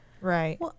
Right